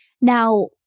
Now